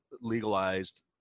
legalized